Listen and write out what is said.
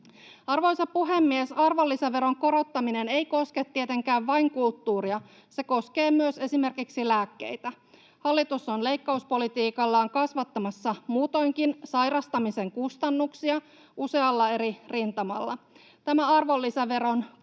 Arvoisa puhemies! Arvonlisäveron korottaminen ei koske tietenkään vain kulttuuria. Se koskee myös esimerkiksi lääkkeitä. Hallitus on leikkauspolitiikallaan kasvattamassa muutoinkin sairastamisen kustannuksia usealla eri rintamalla.